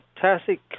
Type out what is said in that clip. fantastic